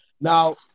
Now